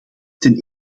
ten